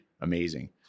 Amazing